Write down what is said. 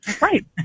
Right